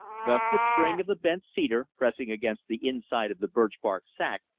thus the spring of the bent cedar, pressing against the inside of the birch-bark sac,